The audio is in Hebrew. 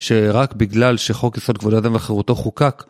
שרק בגלל שחוק יסוד כבוד האדם וחירותו חוקק.